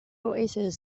oasis